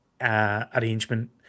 arrangement